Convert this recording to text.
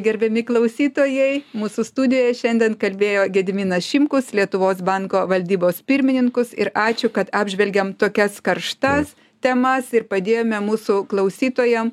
gerbiami klausytojai mūsų studijoj šiandien kalbėjo gediminas šimkus lietuvos banko valdybos pirmininkus ir ačiū kad apžvelgėm tokias karštas temas ir padėjome mūsų klausytojam